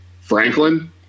Franklin